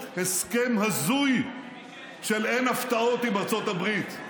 הסכם הזוי של "אין הפתעות" עם ארצות הברית.